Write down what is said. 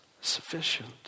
sufficient